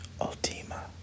ultima